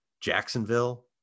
Jacksonville